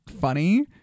funny